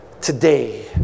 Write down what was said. today